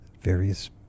various